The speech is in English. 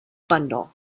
bundle